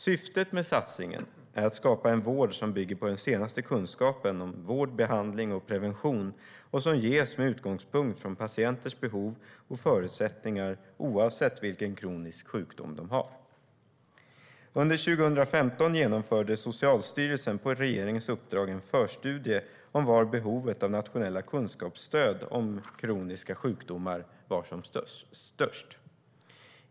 Syftet med satsningen är att skapa en vård som bygger på den senaste kunskapen om vård, behandling och prevention och som ges med utgångspunkt från patienters behov och förutsättningar, oavsett vilka kroniska sjukdomar de har. Under 2015 genomförde Socialstyrelsen på regeringens uppdrag en förstudie om var behovet av nationella kunskapsstöd om kroniska sjukdomar var som störst.